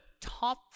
top